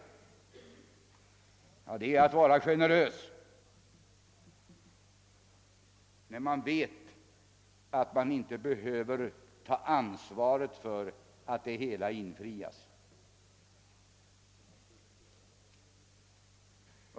Det är till att vara generös, när man vet att man inte behöver ta ansvaret för att löftena infrias!